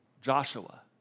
Joshua